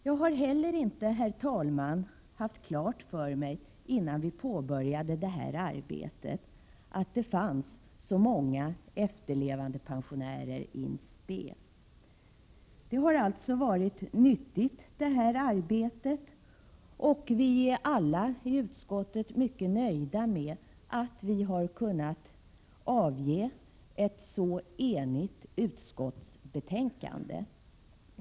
Jag har inte heller haft klart för mig — innan vi började arbetet — att det fanns så många efterlevandepensionärer in spe. Arbetet har alltså varit nyttigt, och vi är alla i utskottet mycket nöjda med att vi har kunnat avge ett så enigt utskottsbetänkande.